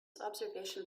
observation